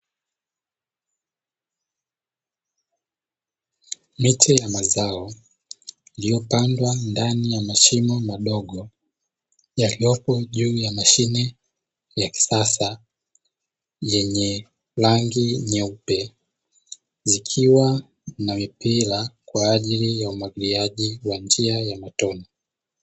Miche ya mazao iliyopandwa ndani ya mashimo madogo yaliyopo juu ya mashine ya kisasa yenye rangi nyeupe; zikiwa na mipira kwa ajili ya umwagiliaji wa njia ya matone.